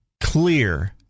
clear